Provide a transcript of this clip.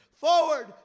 Forward